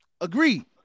Agreed